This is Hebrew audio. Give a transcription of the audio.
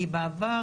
בעבר,